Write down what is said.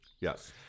Yes